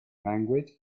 language